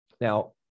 Now